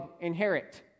inherit